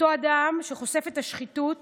מאותו אדם שחושף את השחיתות